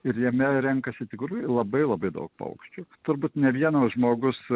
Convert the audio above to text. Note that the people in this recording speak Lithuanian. ir jame renkasi tikrai labai labai daug paukščių turbūt ne vienas žmogus